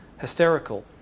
hysterical